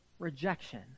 rejection